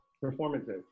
performances